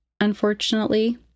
unfortunately